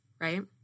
right